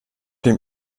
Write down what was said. dem